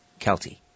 Kelty